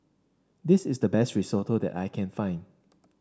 this is the best Risotto that I can find